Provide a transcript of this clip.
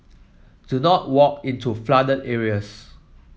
do not walk into flooded areas